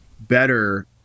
better